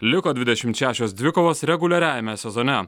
liko dvidešimt šešios dvikovos reguliariajame sezone